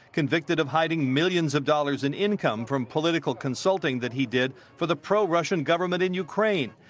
convicted of hiding millions of dollars in income from political consulting that he did for the pro-russian government in ukraine.